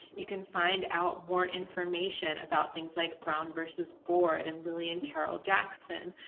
you can find out more information about things like brown versus board and lillian carol jackson.